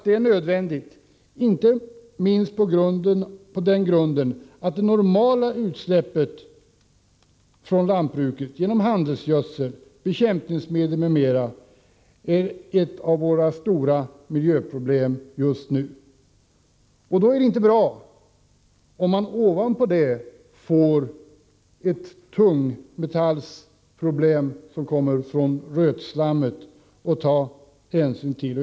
Det är nödvändigt att vidta åtgärder, inte minst på den grunden att det normala utsläppet från jordbruket genom handelsgödsel, bekämpningsmedel m.m. är ett av våra stora miljöproblem just nu. Det är inte bra att utöver detta få ett tungmetallproblem som härstammar från rötslammet.